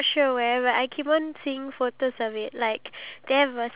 uh yes exactly